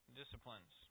disciplines